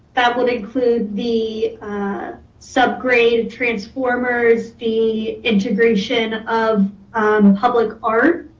that would include the subgrade transformers, the integration of public art.